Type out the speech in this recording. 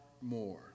more